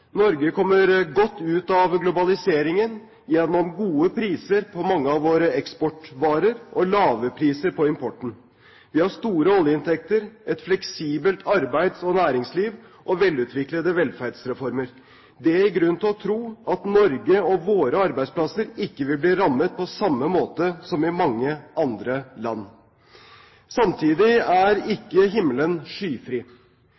Norge kommer godt ut av globaliseringen gjennom gode priser på mange av sine eksportvarer og lave priser på importen. Vi har store oljeinntekter, et fleksibelt arbeids- og næringsliv og velutviklede velferdsreformer. Det gir grunn til å tro at Norge og våre arbeidsplasser ikke vil bli rammet på samme måte som i mange andre land. Samtidig er